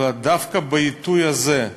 אלא דווקא בעיתוי הזה,